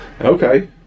Okay